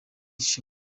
yose